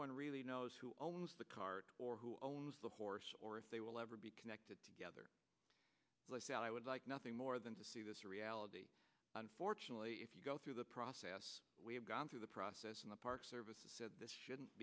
one really knows who owns the car or who owns the horse or if they will ever be connected together i would like nothing more than to see this reality unfortunately if you go through the process we have gone through the process and the park service said this shouldn't